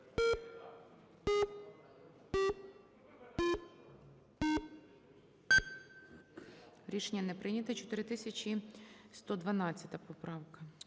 Рішення не прийнято. 4118 поправка.